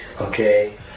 Okay